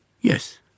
Yes